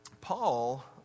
Paul